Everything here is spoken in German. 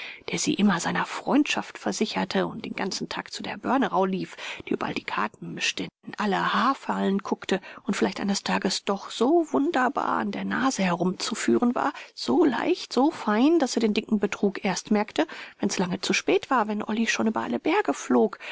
der sie immer seiner freundschaft versicherte und den ganzen tag zu der börnerau lief der überall die karten mischte in alle haferln guckte und vielleicht eines tages doch so wunderbar an der nase herumzuführen war so leicht so fein daß er den dicken betrug erst merkte wenn's lange zu spät war wenn olly schon über alle berge flog